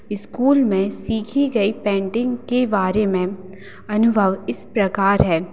school में सीखी गई पेंटिंग के बारे में अनुभव इस प्रकार है